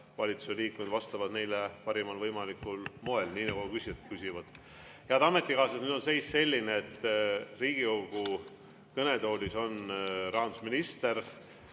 valitsuse liikmed vastavad neile parimal võimalikul moel, nii nagu küsijad küsivad. Head ametikaaslased, nüüd on seis selline, et Riigikogu kõnetoolis on rahandusminister.